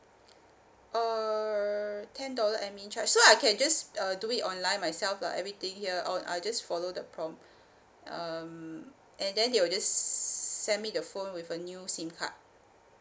err ten dollar admin charge so I can just uh do it online myself lah everything here all I just follow the prompt um and then they will just send me the phone with a new SIM card